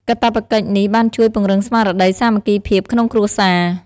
កាតព្វកិច្ចនេះបានជួយពង្រឹងស្មារតីសាមគ្គីភាពក្នុងគ្រួសារ។